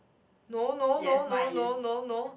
no no no no no no no